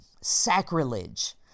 sacrilege